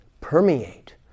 permeate